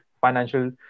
financial